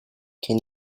can